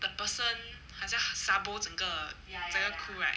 that person 好像他 sabo 整个整个 crew right